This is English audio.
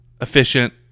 efficient